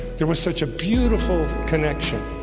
there was such a beautiful connection